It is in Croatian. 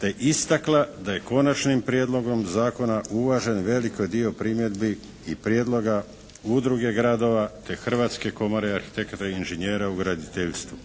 te istakla da je Konačnim prijedlogom zakona uvažen veliki dio primjedbi i prijedloga Udruge gradova te Hrvatske komore arhitekata i inžinjera u graditeljstvu.